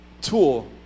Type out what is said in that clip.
tool